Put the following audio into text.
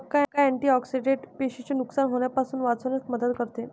मका अँटिऑक्सिडेंट पेशींचे नुकसान होण्यापासून वाचविण्यात मदत करते